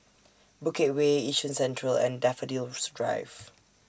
Bukit Way Yishun Central and Daffodil's Drive